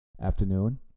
afternoon